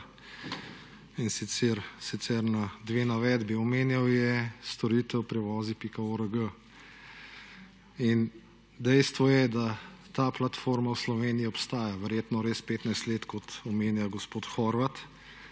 in sicer na dve navedbi, omenjal je storitev preovzi.org in dejstvo je, da ta platforma v Sloveniji obstaja, verjetno res 15 let, kot omenja gospod Horvat,